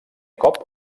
cop